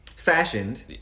Fashioned